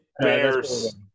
bears